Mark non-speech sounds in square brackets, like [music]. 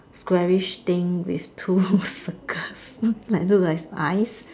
squarish thing with two [laughs] circles like look like eyes